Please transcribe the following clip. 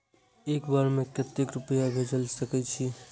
एक बार में केते रूपया भेज सके छी?